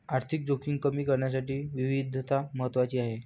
आर्थिक जोखीम कमी करण्यासाठी विविधता महत्वाची आहे